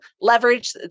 leverage